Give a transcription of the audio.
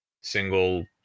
single